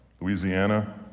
Louisiana